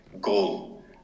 goal